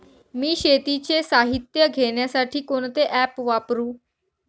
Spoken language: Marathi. मी शेतीचे साहित्य घेण्यासाठी कोणते ॲप वापरु?